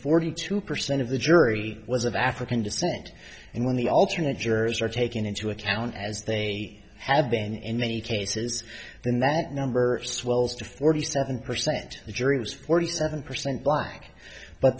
forty two percent of the jury was of african descent and when the alternate jurors are taken into account as they have been in many cases then that number swells to forty seven percent the jury was forty seven percent black but